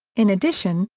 in addition,